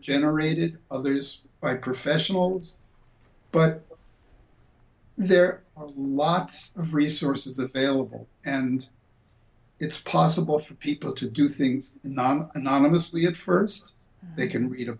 generated others by professionals but there are lots of resources available and it's possible for people to do things not anonymously at first they can read a